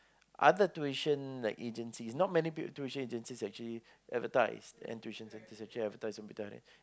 other tuition like agencies not many people tuition agencies actually advertise and tuition agencies actually advertising advertise